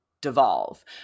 devolve